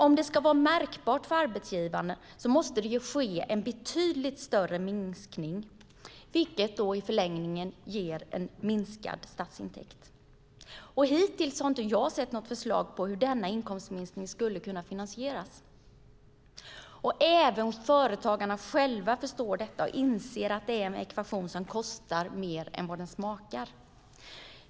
Om det ska vara märkbart för arbetsgivarna måste det vara en betydligt större minskning, vilket i förlängningen ger minskad statsintäkt. Jag har hittills inte sett något förslag om hur denna intäktsminskning skulle kunna finansieras. Företagarna förstår detta och inser att det är en ekvation som kostar mer än den smakar.